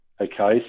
Okay